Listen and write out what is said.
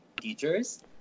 teachers